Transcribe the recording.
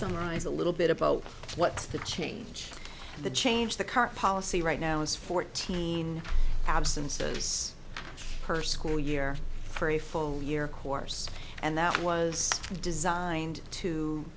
summarize a little bit about what's the change and the change the current policy right now is fourteen absences per school year for a full year course and that was designed to